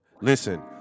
Listen